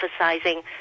emphasizing